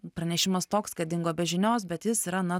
pranešimas toks kad dingo be žinios bet jis yra